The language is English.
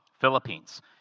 Philippines